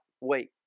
Wait